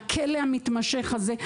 מהכלא המתמשך הזה,